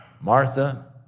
Martha